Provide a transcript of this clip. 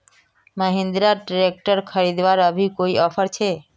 Mahindra tractor खरीदवार अभी कोई ऑफर छे?